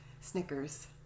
Snickers